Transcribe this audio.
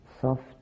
soft